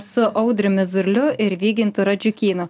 su audriumi zurliu ir vygintu radžiukynu